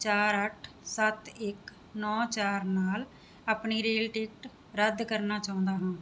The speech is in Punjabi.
ਚਾਰ ਅੱਠ ਸੱਤ ਇੱਕ ਨੌ ਚਾਰ ਨਾਲ ਆਪਣੀ ਰੇਲ ਟਿਕਟ ਰੱਦ ਕਰਨਾ ਚਾਹੁੰਦਾ ਹਾਂ